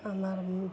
আমাৰ